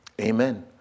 Amen